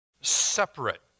separate